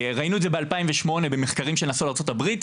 ראינו את זה ב-2008 במחקרים שנעשו על ארצות הברית,